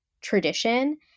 tradition